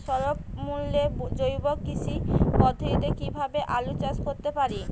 স্বল্প মূল্যে জৈব কৃষি পদ্ধতিতে কীভাবে আলুর চাষ করতে পারি?